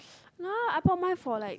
no ah I brought mine for like